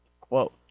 Quote